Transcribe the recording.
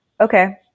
okay